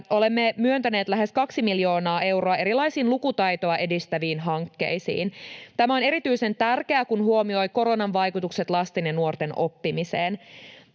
olemme myöntäneet lähes 2 miljoonaa euroa erilaisiin lukutaitoa edistäviin hankkeisiin. Tämä on erityisen tärkeää, kun huomioi koronan vaikutukset lasten ja nuorten oppimiseen.